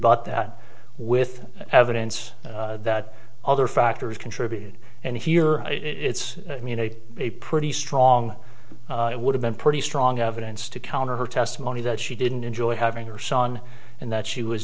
rebut that with evidence that other factors contributed and here it's a pretty strong it would have been pretty strong evidence to counter her testimony that she didn't enjoy having her son and that she was